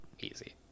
Easy